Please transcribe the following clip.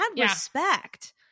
respect